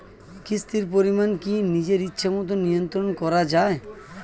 কিস্তির পরিমাণ কি নিজের ইচ্ছামত নিয়ন্ত্রণ করা যায়?